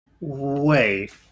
Wait